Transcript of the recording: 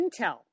Intel